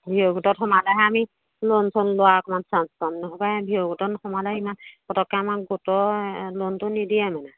ভিঅ' গোটত সোমালেহে আমি ল'ন চন লোৱা অকণমান চাঞ্চ পাম নহ'বা ভিঅ' গোটচ নোসোমালে ইমান পটককৈ আমাক গোটেই ল'নটো নিদিয়ে মানে